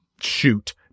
Shoot